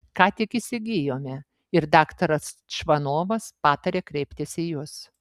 ką tik įsigijome ir daktaras čvanovas patarė kreiptis į jus